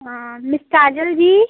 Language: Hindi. हाँ मिस काजल जी